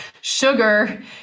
sugar